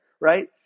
right